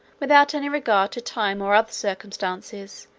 without any regard to time or other circumstances,